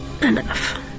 enough